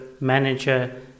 manager